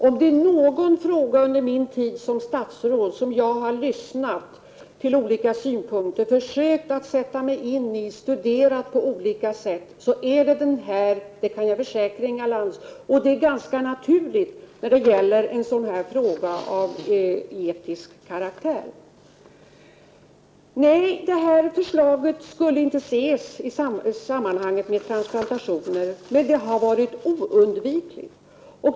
Om det är någon fråga som jag under min tid som statsråd har lyssnat till synpunkter på, försökt sätta mig in i och på olika sätt studerat, är det denna — det kan jag försäkra Inga Lantz. Och det är ganska naturligt, eftersom det är en fråga av etisk karaktär. Nej, förslaget om nytt dödsbegrepp skulle inte sättas i samband med frågan om transplantationer, men det har varit oundvikligt.